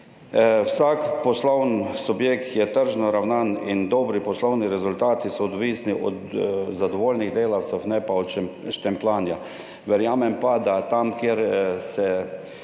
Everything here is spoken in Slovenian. Vsak poslovni subjekt je tržno naravnan in dobri poslovni rezultati so odvisni od zadovoljnih delavcev, ne pa od štempljanja. Verjamem pa, da tam, kjer ste